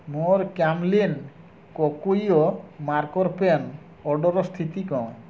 ମୋର Camlin Kokuyo marker pen ଅର୍ଡ଼ର୍ର ସ୍ଥିତି କ'ଣ